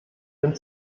den